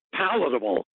palatable